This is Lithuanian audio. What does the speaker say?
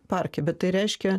parke bet tai reiškia